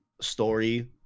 story